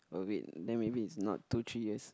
worth it then maybe it's not two three years